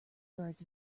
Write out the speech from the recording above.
birds